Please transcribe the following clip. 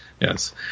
Yes